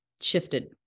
shifted